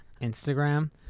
Instagram